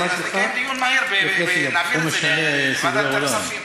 נקיים דיון מהיר ונעביר את זה לוועדת הכספים.